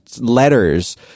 letters